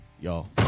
y'all